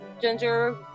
ginger